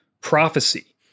prophecy